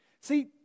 See